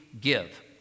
give